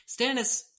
Stannis